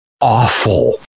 awful